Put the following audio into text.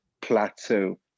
plateau